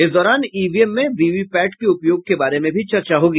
इस दौरान ईवीएम में वीवीपैट के उपयोग के बारे में भी चर्चा होगी